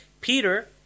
Peter